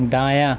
دایاں